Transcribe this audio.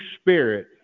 spirit